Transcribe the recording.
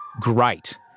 great